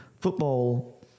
football